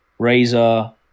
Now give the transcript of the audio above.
razer